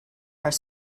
are